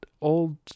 old